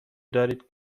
دارید